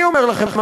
אני אומר לכם,